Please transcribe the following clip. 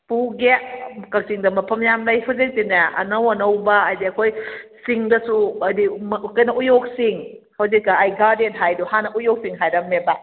ꯄꯨꯒꯦ ꯀꯥꯛꯆꯤꯡꯗ ꯃꯐꯝ ꯌꯥꯝ ꯂꯩ ꯍꯧꯖꯤꯛꯇꯤꯅꯦ ꯑꯅꯧ ꯑꯅꯧꯕ ꯍꯥꯏꯗꯤ ꯑꯩꯈꯣꯏ ꯆꯤꯡꯗꯁꯨ ꯍꯥꯏꯗꯤ ꯀꯩꯅꯣ ꯎꯌꯣꯛꯆꯤꯡ ꯍꯧꯖꯤꯛꯇ ꯑꯩ ꯒꯥꯔꯗꯦꯟ ꯍꯥꯏꯗꯣ ꯍꯥꯟꯅ ꯎꯌꯣꯛꯆꯤꯡ ꯍꯥꯏꯔꯝꯃꯦꯕ